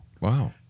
Wow